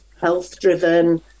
health-driven